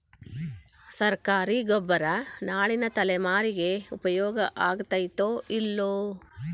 ಸರ್ಕಾರಿ ಗೊಬ್ಬರ ನಾಳಿನ ತಲೆಮಾರಿಗೆ ಉಪಯೋಗ ಆಗತೈತೋ, ಇಲ್ಲೋ?